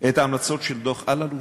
את ההמלצות של דוח אלאלוף?